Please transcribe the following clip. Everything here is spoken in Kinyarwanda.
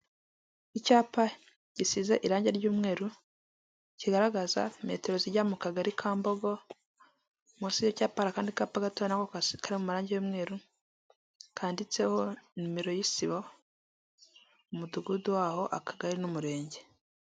Icyapa gisize irangi ry'umweru, kigaragaza metero zijya mu kagari ka mbogo, munsi y'icyapaka hari akandi kapa gato nak gasi kari mu marangi y'umweru kanditseho numero, y'isibo, umudugudu waho, akagari n'umurenge.